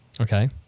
Okay